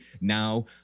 Now